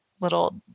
little